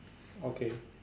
okay